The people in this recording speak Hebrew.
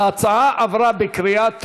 ההצעה עברה בקריאה טרומית,